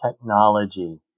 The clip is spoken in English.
technology